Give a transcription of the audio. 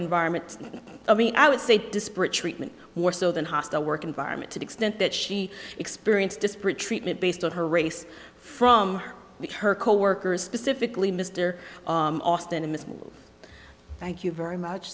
environment i mean i would say disparate treatment more so than hostile work environment to the extent that she experienced disparate treatment based on her race from the her coworkers specifically mr austin and miss thank you very much